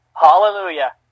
Hallelujah